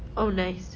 oh nice